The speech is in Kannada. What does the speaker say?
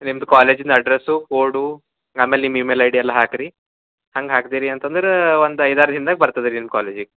ನಿಮ್ದು ಕಾಲೇಜಿನ ಅಡ್ರಸ್ಸು ಕೋಡು ಆಮೇಲೆ ನಿಮ್ಮ ಇಮೇಲ್ ಐ ಡಿ ಎಲ್ಲ ಹಾಕಿ ರೀ ಹಂಗೆ ಹಾಕ್ದಿರಿ ಅಂತಂದ್ರ ಒಂದು ಐದರ ದಿನ್ದಾಗ ಬರ್ತದ ನಿಮ್ಮ ಕಾಲೇಜಿಗ